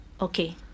Okay